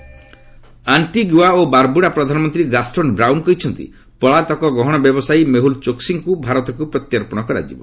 brown ଚୋକୁ Antigua ଓ Barbuda ପ୍ରଧାନମନ୍ତ୍ରୀ ଗାଷ୍ଟୋନ୍ ବ୍ରାଉନ କହିଛନ୍ତି ପଳାତକ ଗହଣା ବ୍ୟବସାୟୀ ମେହୁଲ୍ ଚୋକ୍ସିଙ୍କୁ ଭାରତକୁ ପ୍ରତ୍ୟର୍ପଶ କରାଯିବ